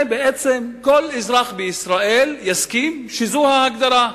כל אזרח בישראל יסכים שזאת ההגדרה.